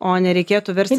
o nereikėtų verstis